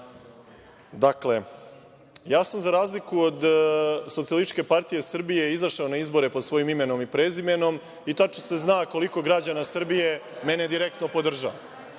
Dakle, ja sam za razliku od SPS izašao na izbore pod svojim imenom i prezimenom i tačno se zna koliko građana Srbije mene direktno podržava.